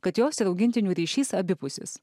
kad jos ir augintinių ryšys abipusis